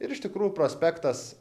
ir iš tikrųjų prospektas